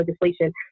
legislation